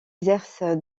exerce